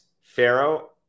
Pharaoh